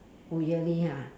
oh yearly ha